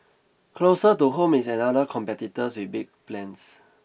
closer to home is another competitor with big plans